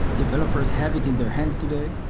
developers have it in their hands today,